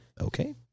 Okay